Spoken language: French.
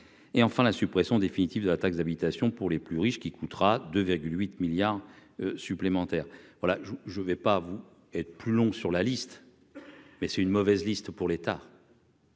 et enfin la suppression définitive de la taxe d'habitation pour les plus riches qui coûtera de 8 milliards supplémentaires voilà je je ne vais pas vous et plus long sur la liste, mais c'est une mauvaise liste pour l'État.